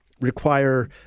require